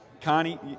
Connie